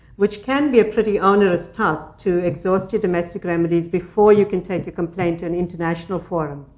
which can be a pretty onerous task to exhaust your domestic remedies before you can take your complaint to an international forum.